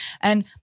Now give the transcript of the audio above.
And-